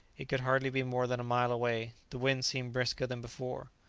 it could hardly be more than a mile away. the wind seemed brisker than before.